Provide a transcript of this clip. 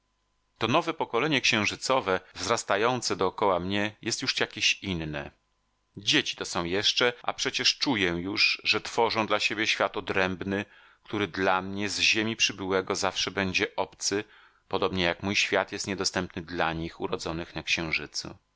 to nowe pokolenie księżycowe wzrastające dokoła mnie jest już jakieś inne dzieci to są jeszcze a przecież czuję już że tworzą dla siebie świat odrębny który dla mnie z ziemi przybyłego zawsze będzie obcy podobnie jak mój świat jest niedostępny dla nich urodzonych na księżycu